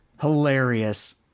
Hilarious